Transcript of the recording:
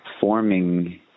forming